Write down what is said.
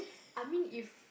I mean if